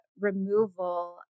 removal